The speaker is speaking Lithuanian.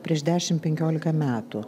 prieš dešim penkiolika metų